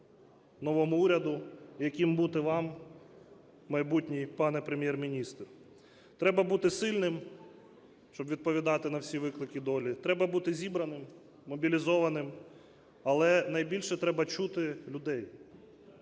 новому уряду, яким бути вам, майбутній пане Прем'єр-міністр. Треба бути сильним, щоб відповідати на всі виклики долі, треба бути зібраним, мобілізованим, але найбільше – треба чути людей,